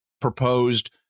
proposed